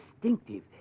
distinctive